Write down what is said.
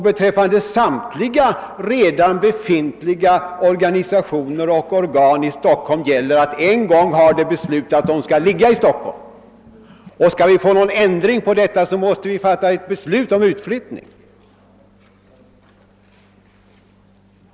Beträffande samtliga redan befintliga organisationer och organ i Stockholm gäller att det en gång har beslutats att de skall ligga i Stockholm, och skall vi få någon ändring till stånd måste vi ju fatta beslut om utflyttning.